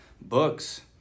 books